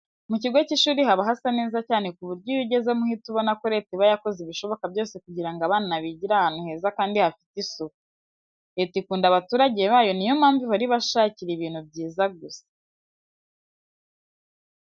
Mu kigo cy'ishuri haba hasa neza cyane ku buryo iyo ugezemo uhita ubona ko leta iba yakoze ibishoboka byose kugira ngo abana bigire ahantu heza kandi hafite isuku. Leta ikunda abaturage bayo niyo mpamvu ihora ibashakira ibintu byiza gusa.